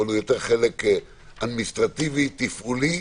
יותר אדמיניסטרטיבי-תפעולי,